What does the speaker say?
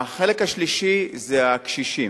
החלק השלישי זה הקשישים,